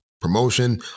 promotion